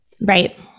Right